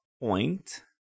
point